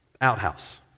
outhouse